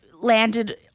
landed